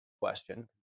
question